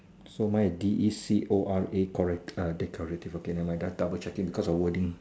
so mine is D E C O R a correct decorative okay never mind just double checking because of wording